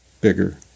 bigger